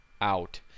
out